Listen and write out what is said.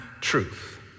truth